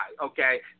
okay